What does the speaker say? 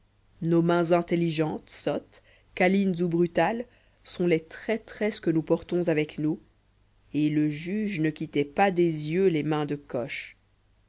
nos mains intelligentes sottes câlines ou brutales sont les traîtresses que nous portons avec nous et le juge ne quittait pas des yeux les mains de coche